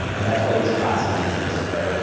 and that's why these classes exist, right.